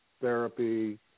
therapy